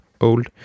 old